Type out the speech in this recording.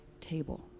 table